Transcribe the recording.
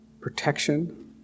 protection